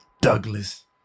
Douglas